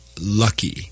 lucky